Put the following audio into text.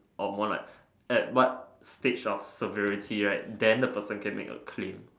or more like at what stage of severity right then the person can make a claim